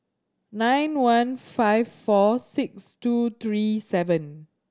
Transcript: nine one five four six two three seven